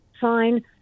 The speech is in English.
fine